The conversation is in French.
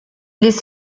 les